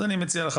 אז אני מציע לך,